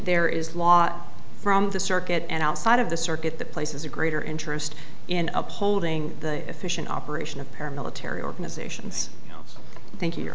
there is law from the circuit and outside of the circuit that places a greater interest in upholding the efficient operation of paramilitary organizations thank you